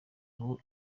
ngo